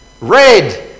Red